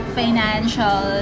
financial